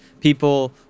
people